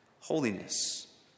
holiness